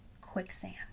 quicksand